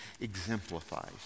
exemplifies